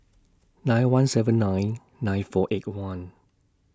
nine one seven nine nine four eight one